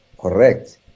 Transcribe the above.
correct